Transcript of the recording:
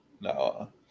No